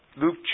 Luke